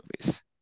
movies